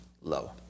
Low